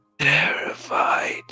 terrified